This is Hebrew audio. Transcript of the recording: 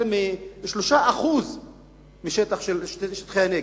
אפילו השטחים שהם יושבים עליהם אינם יותר מ-3% משטחי הנגב,